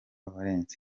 valens